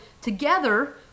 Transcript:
together